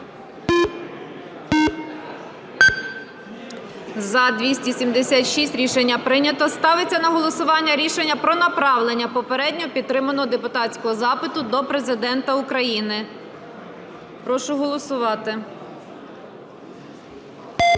За-276 Рішення прийнято. Ставиться на голосування рішення про направлення попередньо підтриманого депутатського запиту до Президента України. Прошу голосувати.